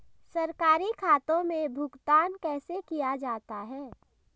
सरकारी खातों में भुगतान कैसे किया जाता है?